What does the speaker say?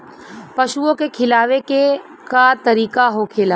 पशुओं के खिलावे के का तरीका होखेला?